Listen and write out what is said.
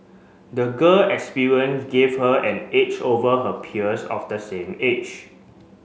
the girl experience give her an edge over her peers of the same age